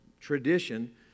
tradition